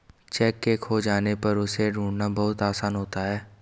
cheque के खो जाने पर उसे ढूंढ़ना बहुत आसान होता है